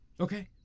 Okay